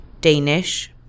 Danish